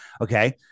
Okay